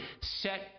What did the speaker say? Set